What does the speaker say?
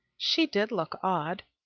she did look odd.